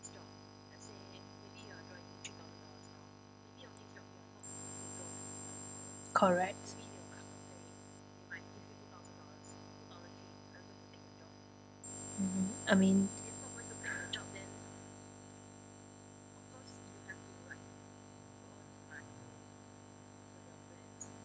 correct mmhmm I mean